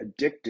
addictive